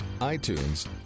iTunes